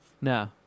No